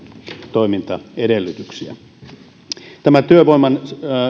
toimintaedellytyksiä työvoiman